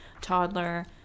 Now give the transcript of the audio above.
toddler